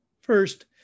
First